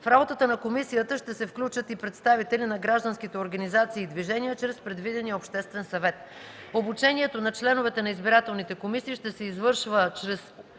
В работата на комисията ще се включат и представители на гражданските организации и движения чрез предвидения Обществен съвет. Обучението на членовете на избирателните комисии ще се извършва чрез